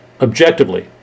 objectively